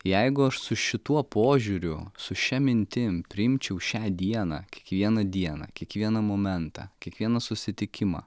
jeigu aš su šituo požiūriu su šia mintim priimčiau šią dieną kiekvieną dieną kiekvieną momentą kiekvieną susitikimą